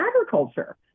agriculture